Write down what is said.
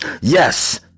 Yes